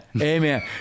amen